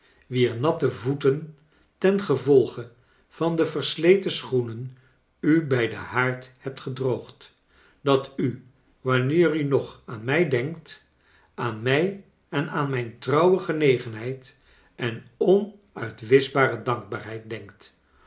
wier natte voeten tengevolge van de versleten schoenen u bij den haard hebt gedroogd dat u wanneer u nog aan mij denkt aan mij en aan mijn trouwe genegen heid en onuitwischbare dankbaarheid denkt